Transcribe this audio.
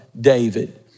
David